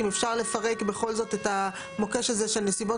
אם אפשר לפרק בכל זאת את המוקש הזה של נסיבות